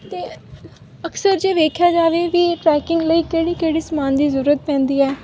ਅਤੇ ਅਕਸਰ ਜੇ ਵੇਖਿਆ ਜਾਵੇ ਵੀ ਟਰੈਕਿੰਗ ਲਈ ਕਿਹੜੇ ਕਿਹੜੇ ਸਮਾਨ ਦੀ ਜ਼ਰੂਰਤ ਪੈਂਦੀ ਹੈ